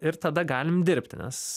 ir tada galim dirbti nes